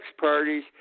parties